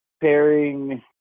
pairing